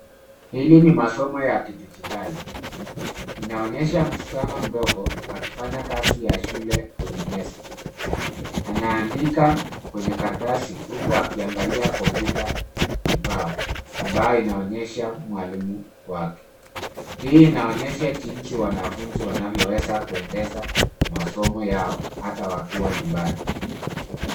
Hili masomo ya kidijitali, inaonyesha msichana mdogo akifanya kazi ya shule kwenye meza. Anaandika kwenye karatasi huku akiangalia kompyuta kibao ambayo inaonyesha mwalimu wake. Hii inaonyesha jinsi wanafunzi wanaweza kuendesha masomo yao hata wakiwa nyumbani.